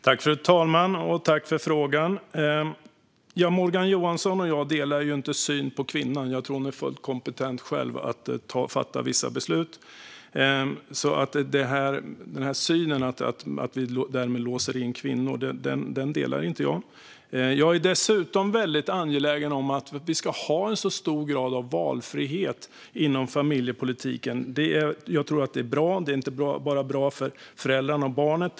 Fru talman! Tack för frågan! Morgan Johansson och jag delar inte synen på kvinnan. Jag tror att hon själv är fullt kompetent att fatta vissa beslut. Synen att vi därmed låser in kvinnor delar inte jag. Jag är dessutom väldigt angelägen om att vi ska ha en stor grad av valfrihet i familjepolitiken. Jag tror att det är bra. Det är inte bara bra för föräldrarna och barnen.